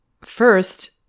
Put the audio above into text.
First